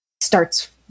starts